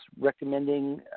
recommending